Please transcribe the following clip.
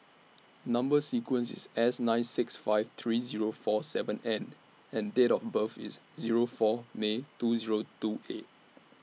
Number sequence IS S nine six five three Zero four seven N and Date of birth IS Zero four May two Zero two eight